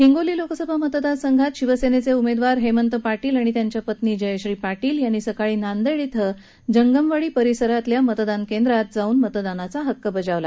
हिंगोली लोकसभा मतदार संघातले शिवसेनेचे उमेदवार हेमंत पाटील आणि त्यांच्या पत्नी जयश्री पाटील यांनी सकाळी नांदेड इथ जगंमवाडी परिसरातील मतदान केंद्रात जाऊन मतदानाचा हक्क बजावला